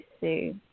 see